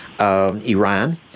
Iran